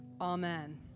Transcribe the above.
Amen